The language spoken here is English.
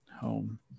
home